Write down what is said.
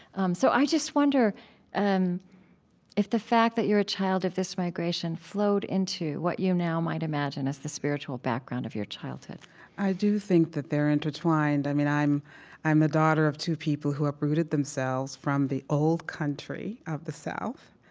um so i just wonder and if the fact that you're a child of this migration flowed into what you now might imagine as the spiritual background of your childhood i do think that they're intertwined. i mean, i'm i'm a daughter of two people who uprooted themselves from the old country of the south,